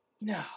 No